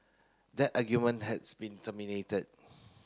that argument has been terminated